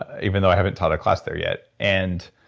ah even though i haven't taught a class there yet. and